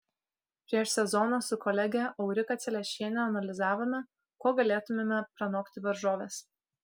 prieš sezoną su kolege aurika celešiene analizavome kuo galėtumėme pranokti varžoves